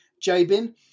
Jabin